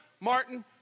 Martin